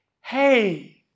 Hey